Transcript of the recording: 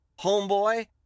homeboy